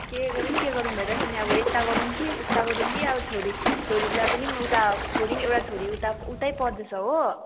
के गरौँ के गरौँ भइरहेको छ नि अब यता गरौँ कि उता गरौँ कि अब छोरी छोरीलाई पनि म उता एउटा छोरी उता उतै पढ्दैछ हो